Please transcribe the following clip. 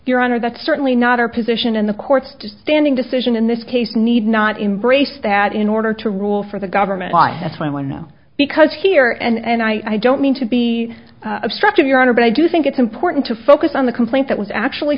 your honor that's certainly not our position in the court standing decision in this case need not embrace that in order to rule for the government but that's when we'll know because here and i don't mean to be obstructive your honor but i do think it's important to focus on the complaint that was actually